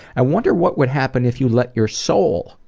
i wonder what would happen if you let your soul,